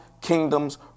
kingdoms